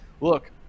look